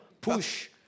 Push